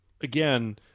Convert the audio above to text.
again